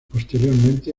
posteriormente